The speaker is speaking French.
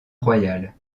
royal